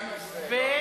לא נכון.